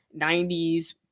90s